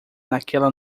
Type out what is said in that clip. naquela